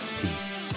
peace